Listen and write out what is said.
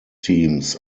teams